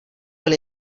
byl